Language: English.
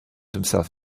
himself